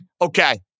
Okay